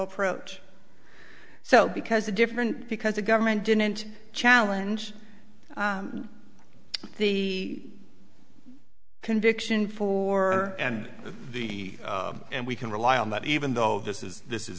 approach so because a different because the government didn't challenge the conviction for and the and we can rely on that even though this is this is